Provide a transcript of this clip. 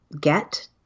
get